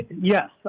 yes